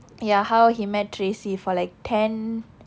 ya how he met tracy for like ten